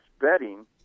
betting